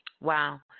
wow